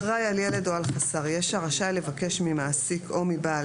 אחראי על ילד או על חסר ישע רשאי לבקש ממעסיק או מבעל